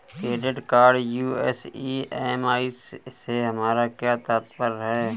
Credit card US EMI से हमारा क्या तात्पर्य है?